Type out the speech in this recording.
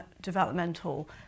developmental